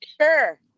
sure